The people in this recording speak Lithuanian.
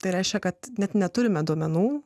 tai reiškia kad net neturime duomenų